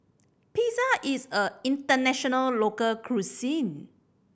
pizza is a international local cuisine